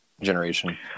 generation